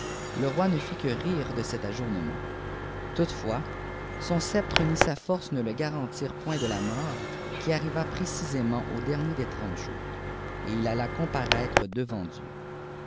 le roi ne fit que rire de cet ajournement toutefois son sceptre ni sa force ne le garantirent point de la mort qui arriva précisément au dernier des trente jours et il alla comparaître devant dieu